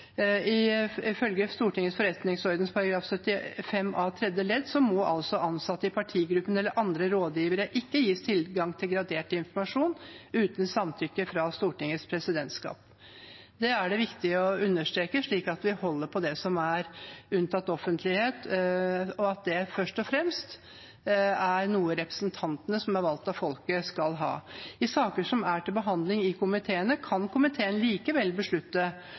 Ifølge Stortingets forretningsorden § 75 a tredje ledd må ansatte i partigruppene eller andre rådgivere ikke gis tilgang til gradert informasjon uten samtykke fra Stortingets presidentskap. Det er det viktig å understreke, slik at vi holder på det som er unntatt offentlighet, og at det først og fremst er noe representantene, som er valgt av folket, skal ha. I saker som er til behandling i komiteene, kan komiteen likevel beslutte